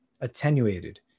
attenuated